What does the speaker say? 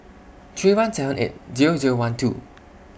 three one seven eight Zero Zero one two